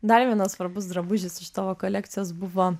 dar vienas svarbus drabužis iš tavo kolekcijos buvo